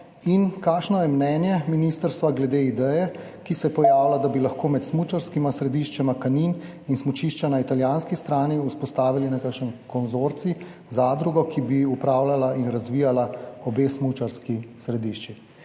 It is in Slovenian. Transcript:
Kakšno je mnenje ministrstva glede ideje, ki se pojavlja, da bi lahko med smučarskim središčem Kanin in smučiščem na italijanski strani vzpostavili nekakšen konzorcij, zadrugo, ki bi upravljala in razvijala obe smučarski središči?